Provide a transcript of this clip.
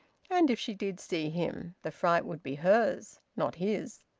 and if she did see him the fright would be hers, not his.